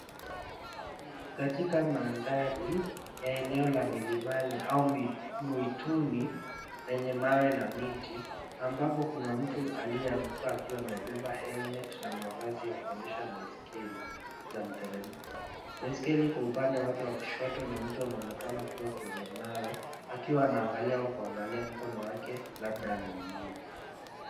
Ni katika mandhari ya eneo la milimani au mituni lenye mawe na miti ambapo kuna mtu aliyeanguka akiwa amebeba helmet na mavazi ya kuendesha baiskeli za mteremko. Baiskeli iko upande wake wa kushoto na mtu anaonekana kuwa kwenye mawe akiwa anaangalia au kuangalia mkono wake labda ameumia.